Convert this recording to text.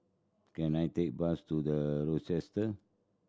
can I take bus to The Rochester